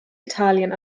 italien